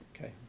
okay